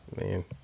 Man